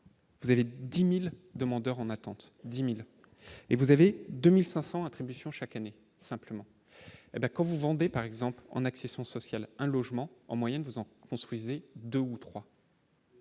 Vous avez 10000 demandeurs en attente 10000 et vous avez 2500 attribution chaque année simplement d'quand vous vendez par exemple en accession sociale un logement en moyenne faisant construisez 2 ou 3.